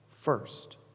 first